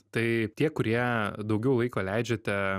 tai tie kurie daugiau laiko leidžiate